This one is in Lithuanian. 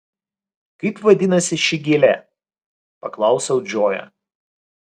kaip vadinasi ši gėlė paklausiau džoją